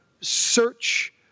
search